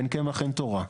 אין קמח, אין תורה.